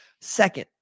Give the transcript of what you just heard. Second